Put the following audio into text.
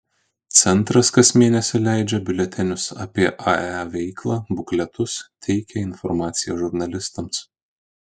centras kas mėnesį leidžia biuletenius apie ae veiklą bukletus teikia informaciją žurnalistams